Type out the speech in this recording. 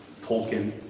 Tolkien